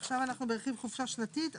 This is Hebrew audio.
עכשיו אנחנו ברכיב חופשה שנתית.